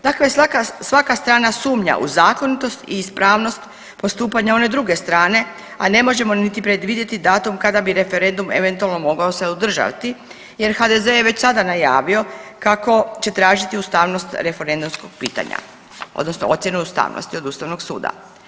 Dakle, svaka strana sumnja u zakonitost i ispravnost postupanja one druge strane, a ne možemo niti predvidjeti datum kada bi referendum eventualno mogao se održati jer HDZ je već sada najavio kako će tražiti ustavnost referendumskog pitanja odnosno ocjenu ustavnosti od Ustavnog suda.